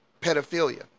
pedophilia